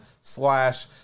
slash